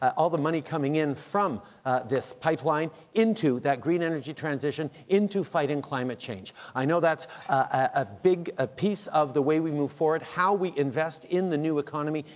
all the money coming in from this pipeline into that green energy transition, into fighting climate change. i know that's a big ah piece of the way we move forward. how we invest in the new economy,